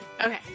Okay